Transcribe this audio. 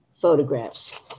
photographs